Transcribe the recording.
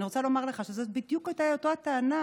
אני רוצה לומר לך שזאת בדיוק הייתה אותה הטענה